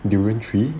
durian tree